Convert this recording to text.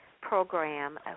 program